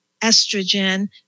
estrogen